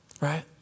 right